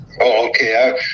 okay